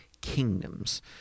kingdoms